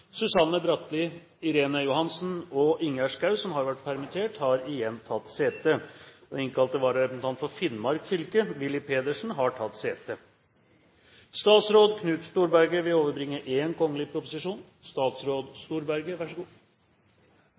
Susanne Bratli, Irene Johansen og Ingjerd Schou, som har vært permittert, har igjen tatt sete. Den innkalte vararepresentant for Finnmark fylke, Willy Pedersen, har tatt sete.